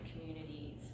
communities